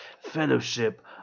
Fellowship